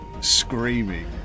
Screaming